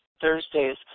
Thursdays